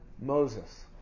Moses